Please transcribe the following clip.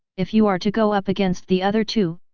if you are to go up against the other two,